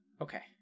Okay